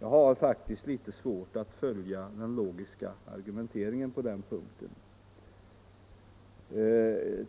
Jag har faktiskt litet svårt att följa den logiska argumenteringen på den punkten.